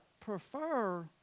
prefer